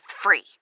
free